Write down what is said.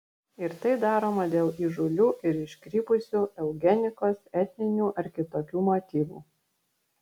ir tai daroma dėl įžūlių ir iškrypusių eugenikos etninių ar kitokių motyvų